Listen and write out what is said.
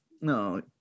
No